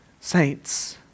saints